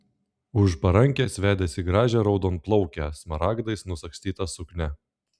už parankės vedėsi gražią raudonplaukę smaragdais nusagstyta suknia